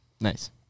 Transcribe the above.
Nice